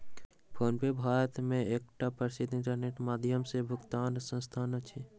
PhonePe Bharat मे एकटा प्रसिद्ध इंटरनेटक माध्यम सॅ भुगतानक संस्थान अछि